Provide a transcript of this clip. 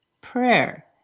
prayer